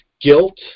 guilt